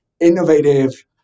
innovative